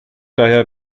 daher